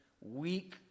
weak